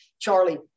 Charlie